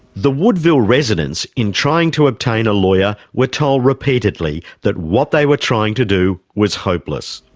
the woodville residents, in trying to obtain a lawyer, were told repeatedly that what they were trying to do was hopeless.